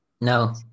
No